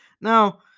Now